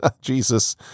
Jesus